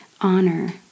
honor